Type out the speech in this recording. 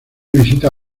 visita